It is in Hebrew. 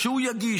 שהוא יגיש,